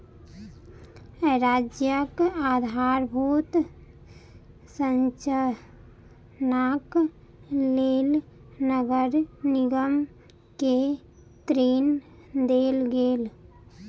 राज्यक आधारभूत संरचनाक लेल नगर निगम के ऋण देल गेल